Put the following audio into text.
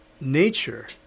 nature